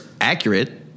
accurate